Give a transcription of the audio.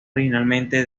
originalmente